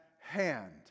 hand